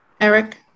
Eric